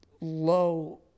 low